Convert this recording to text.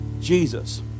Jesus